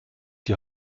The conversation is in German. die